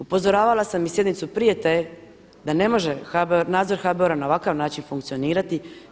Upozoravala sam i sjednicu prije te da ne može HBOR, nadzor HBOR-a na ovakav način funkcionirati.